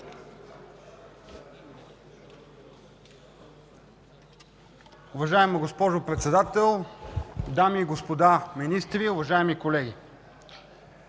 Уважаема госпожо Председател, дами и господа министри, уважаеми колеги!